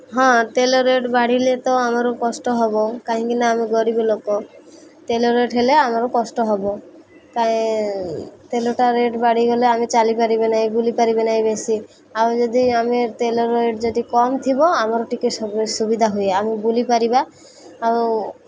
ହଁ ତେଲ ରେଟ୍ ବାଢ଼ିଲେ ତ ଆମର କଷ୍ଟ ହେବ କାହିଁକିନା ଆମେ ଗରିବ ଲୋକ ତେଲ ରେଟ୍ ହେଲେ ଆମର କଷ୍ଟ ହେବ କାଇଁ ତେଲଟା ରେଟ୍ ବାଢ଼ିଗଲେ ଆମେ ଚାଲିପାରିବେ ନାହିଁ ବୁଲିପାରିବେ ନାହିଁ ବେଶୀ ଆଉ ଯଦି ଆମେ ତେଲ ରେଟ୍ ଯଦି କମ୍ ଥିବ ଆମର ଟିକିଏ ସୁବିଧା ହୁଏ ଆମେ ବୁଲିପାରିବା ଆଉ